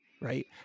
right